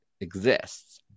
exists